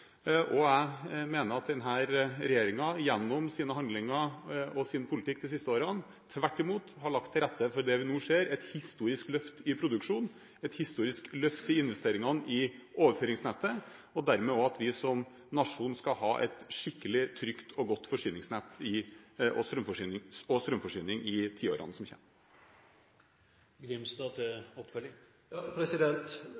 og jeg mener at denne regjeringen gjennom sine handlinger og sin politikk de siste årene tvert imot har lagt til rette for det vi nå ser: et historisk løft i produksjon, et historisk løft i investeringene i overføringsnettet – at vi dermed som nasjon skal ha et skikkelig, trygt og godt forsyningsnett, trygg og god strømforsyning, i tiårene som